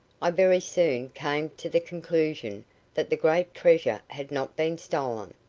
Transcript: i very soon came to the conclusion that the great treasure had not been stolen.